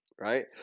right